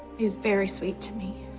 he's very sweet to me.